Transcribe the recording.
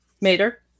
Mater